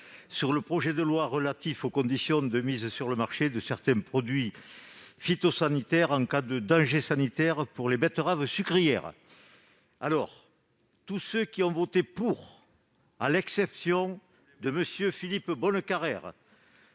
1 du projet de loi relatif aux conditions de mise sur le marché de certains produits phytopharmaceutiques en cas de danger sanitaire pour les betteraves sucrières. Tous ceux qui ont voté pour, à l'exception de MM. Philippe Bonnecarrère